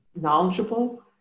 knowledgeable